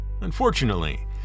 Unfortunately